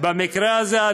במקרה הזה,